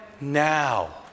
now